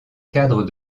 cadre